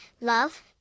love